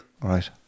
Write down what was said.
Right